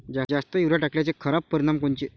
जास्त युरीया टाकल्याचे खराब परिनाम कोनचे?